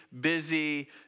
busy